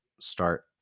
start